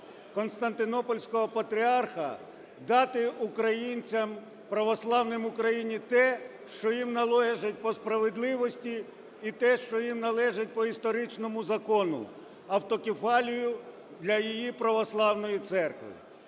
Константинопольського Патріарха дати українцям у православній Україні те, що їм належить по справедливості, і те, що їм належить по історичному закону – автокефалію для її православної церкви.